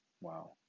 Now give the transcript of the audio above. Wow